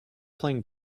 playing